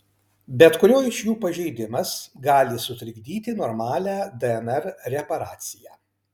bet kurio iš jų pažeidimas gali sutrikdyti normalią dnr reparaciją